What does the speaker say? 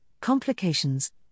complications